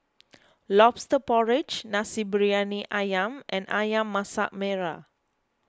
Lobster Porridge Nasi Briyani Ayam and Ayam Masak Merah